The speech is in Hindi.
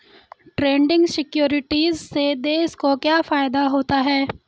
ट्रेडिंग सिक्योरिटीज़ से देश को क्या फायदा होता है?